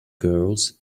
girls